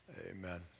Amen